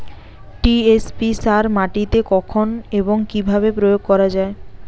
TSP সার জমিতে কখন এবং কিভাবে প্রয়োগ করা য়ায়?